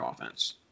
offense